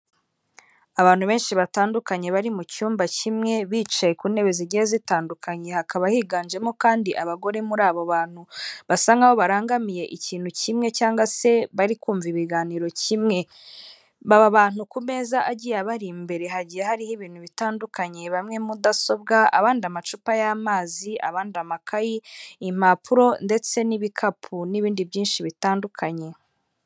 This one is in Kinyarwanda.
Abantu benshi batandukanye bari mu cyumba kimwe bicaye ku ntebe zigiye zitandukanye, hakaba higanjemo kandi abagore, muri abo bantu basa' barangamiye ikintu kimwe cyangwa se bari kumva ibiganiro kimwe baba abantu ku meza agiye abari imbere hagiye hariho ibintu bitandukanye bamwe mudasobwa, abandi amacupa y'amazi, abandida amakayi, impapuro ndetse n'ibikapu, n'ibindi byinshi bitandukanye.